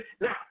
Now